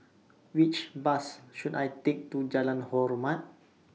Which Bus should I Take to Jalan Hormat